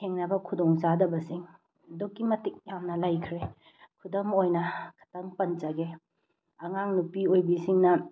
ꯊꯦꯡꯅꯕ ꯈꯨꯗꯣꯡ ꯆꯥꯗꯕꯁꯤꯡ ꯑꯗꯨꯛꯀꯤ ꯃꯇꯤꯛ ꯌꯥꯝꯅ ꯂꯩꯈ꯭ꯔꯦ ꯈꯨꯗꯝ ꯑꯣꯏꯅ ꯈꯤꯇꯪ ꯄꯟꯖꯒꯦ ꯑꯉꯥꯡ ꯅꯨꯄꯤ ꯑꯣꯏꯕꯤꯁꯤꯡꯅ